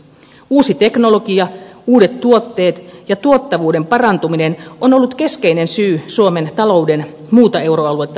uusi teknologia uudet tuotteet ja tuottavuuden parantuminen ovat olleet keskeinen syy suomen talouden muuta euroaluetta nopeampaan kasvuun